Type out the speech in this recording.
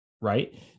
right